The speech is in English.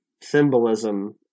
symbolism